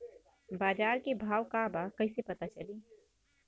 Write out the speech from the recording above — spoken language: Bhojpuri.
बाजार के भाव का बा कईसे पता चली?